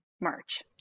March